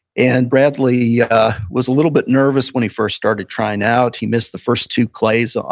and bradley was a little bit nervous when he first started trying out. he missed the first two clays. um